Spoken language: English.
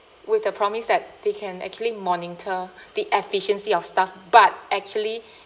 with the promise that they can actually monitor the efficiency of staff but actually